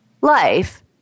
life